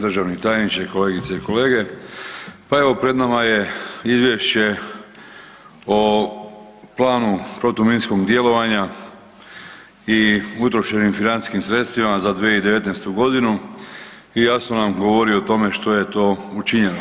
Državni tajniče, kolegice i kolege, pa evo pred nama je Izvješće o platu protuminskog djelovanja i utrošenim financijskim sredstvima za 2019.g. i jasno nam govori o tome što je to učinjeno.